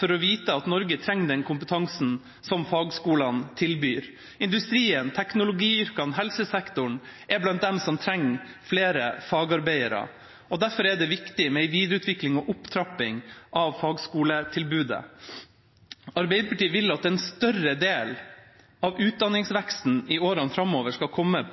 for å vite at Norge trenger den kompetansen som fagskolene tilbyr. Industrien, teknologiyrkene og helsesektoren er blant dem som trenger flere fagarbeidere, derfor er det viktig med en videreutvikling og opptrapping av fagskoletilbudet. Arbeiderpartiet vil at en større del av utdanningsveksten i årene framover skal komme i